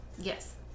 Yes